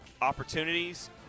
opportunities